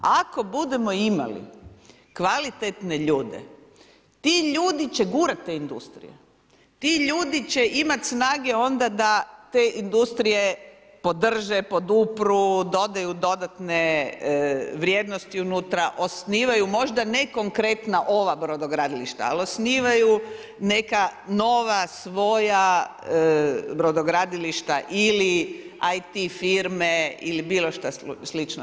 Ako budemo imali kvalitetne ljude, ti ljudi će gurati te industrije, ti ljudi će imati snage onda da te industrije podrže, podupru, dodaju dodatne vrijednosti unutra, osnivaju možda ne konkretna ova brodogradilišta, ali osnivaju neka nova svoja brodogradilišta ili IT firme ili bilo što slično.